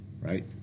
Right